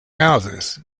houses